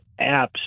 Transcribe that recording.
apps